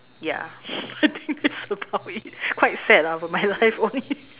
ya I think that's about it quite sad lah but my life only